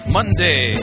Monday